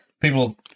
People